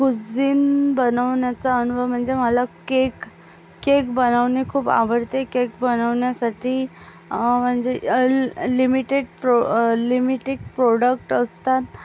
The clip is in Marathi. कुझीन बनवण्याचा अनुभव म्हणजे मला केक केक बनवणे खूप आवडते केक बनवण्यासाठी म्हणजे ल लिमिटेड प्रो लिमिटेड प्रोडक्ट असतात